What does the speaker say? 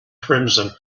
crimson